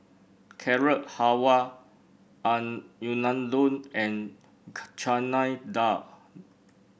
Carrot Halwa Unadon and Chana Dal